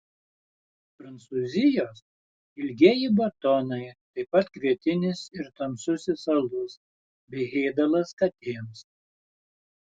prancūzijos ilgieji batonai taip pat kvietinis ir tamsusis alus bei ėdalas katėms